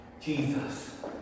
Jesus